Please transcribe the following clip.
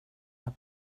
har